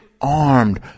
armed